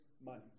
money